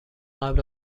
قبل